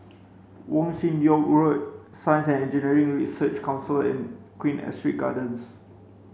Wong Chin Yoke Road Science and Engineering Research Council and Queen Astrid Gardens